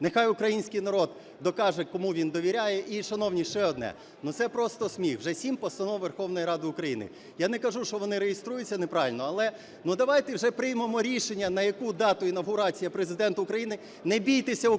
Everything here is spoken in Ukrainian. нехай український народ докаже, кому він довіряє. І, шановні, ще одне. Ну, це просто сміх: вже 7 постанов Верховної Ради України. Я не кажу, що вони реєструються неправильно. Але, ну, давайте вже приймемо рішення, на яку дату інавгурація Президента України. Не бійтеся українського